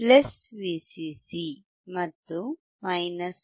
Vcc ಮತ್ತು -Vcc